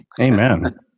Amen